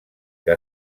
que